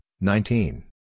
nineteen